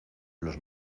los